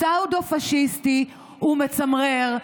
פסאודו-פשיסטי ומצמרר,